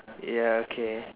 ya okay